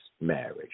marriage